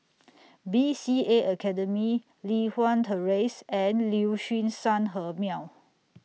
B C A Academy Li Hwan Terrace and Liuxun Sanhemiao